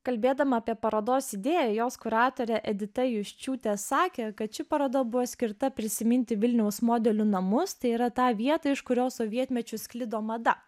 kalbėdama apie parodos idėją jos kuratorė edita jusčiūtė sakė kad ši paroda buvo skirta prisiminti vilniaus modelių namus tai yra tą vietą iš kurios sovietmečiu sklido mada